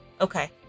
Okay